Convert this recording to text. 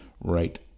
Right